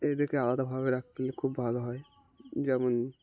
এদেরকে আলাদাভাবে রাখতে হলে খুব ভালো হয় যেমন